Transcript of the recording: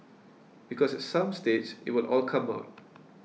because some stage it will all come out